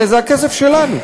הרי זה הכסף שלנו,